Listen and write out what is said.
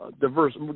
diverse